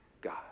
God